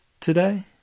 today